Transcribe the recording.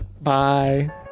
Bye